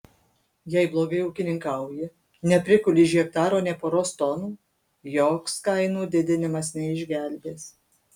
jei blogai ūkininkauji neprikuli iš hektaro nė poros tonų joks kainų didinimas neišgelbės